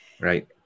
Right